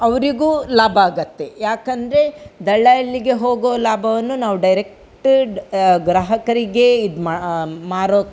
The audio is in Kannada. ಅವರಿಗೂ ಲಾಭ ಆಗುತ್ತೆ ಯಾಕೆಂದ್ರೆ ದಲ್ಲಾಳಿಗೆ ಹೋಗೋ ಲಾಭವನ್ನು ನಾವು ಡೈರೆಕ್ಟ್ ಗ್ರಾಹಕರಿಗೆ ಇದು ಮಾ ಮಾರೋಕೆ